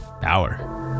Power